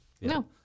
No